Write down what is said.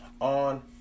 on